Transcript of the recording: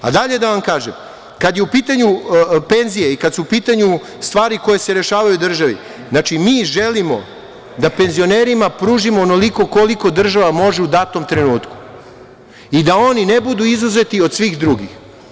Dalje da vam kažem, kad je u pitanju penzija i kad su u pitanju stvari koje se rešavaju u državi, znači mi želimo da penzionerima pružimo onoliko koliko država može u datom trenutku i da oni ne budu izuzeti od svih drugih.